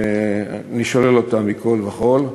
אני שולל אותה מכול וכול.